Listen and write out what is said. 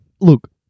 Look